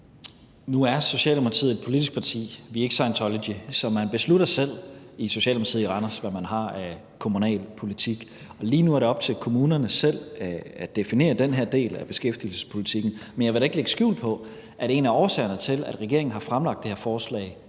Nu er Socialdemokratiet et politisk parti, vi er ikke Scientology, så man beslutter selv i Socialdemokratiet i Randers, hvad man har af kommunalpolitik. Lige nu er det op til kommunerne selv at definere den her del af beskæftigelsespolitikken, men jeg vil da ikke lægge skjul på, at en af årsagerne til, at regeringen har fremsat det her forslag,